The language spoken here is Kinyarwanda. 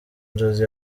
nzozi